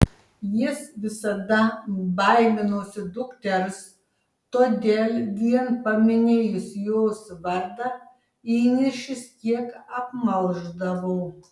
jis visada baiminosi dukters todėl vien paminėjus jos vardą įniršis kiek apmalšdavo